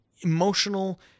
emotional